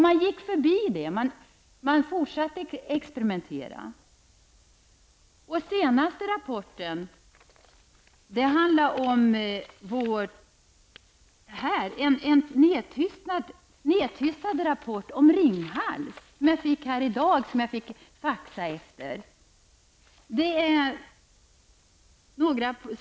Man gick förbi det och fortsatte att experimentera. Den senaste rapporten är en nedtystad rapport om Ringhals. Jag fick faxa efter den i dag.